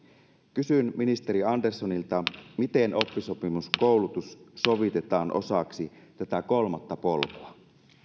kysyn ministeri anderssonilta miten oppisopimuskoulutus sovitetaan osaksi tätä kolmatta polkua